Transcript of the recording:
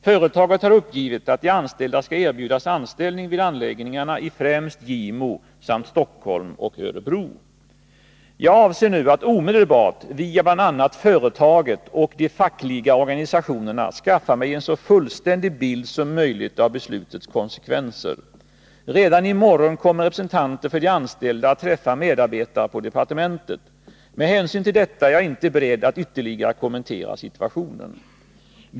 Företaget har uppgivit att de anställda skall erbjudas anställning vid anläggningarna i främst Gimo samt i Stockholm och Örebro. Jag avser nu att omedelbart via bl.a. företaget och de fackliga organisationerna skaffa mig en så fullständig bild som möjligt av beslutets konsekvenser. Redan i morgon kommer representanter för de anställda att träffa medarbetare på departementet. Med hänsyn till detta är jag inte beredd att ytterligare kommentera situationen.